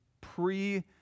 pre